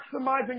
maximizing